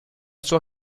sua